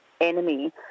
enemy